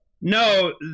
No